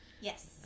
Yes